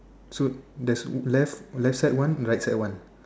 so there's left left side one and right side one